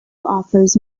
offers